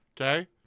okay